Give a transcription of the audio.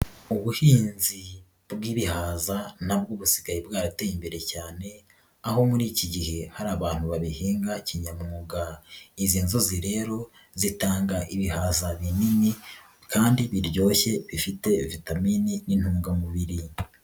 Ubuhinzi bw'ibihaza nabwo busigaye bwarateye imbere cyane, aho muri iki gihe hari abantu babihinga kinyamwugazi. Izi nzuzi rero zitanga ibihaza binini kandi biryoshye, bifite vitamine n'intungamubiri.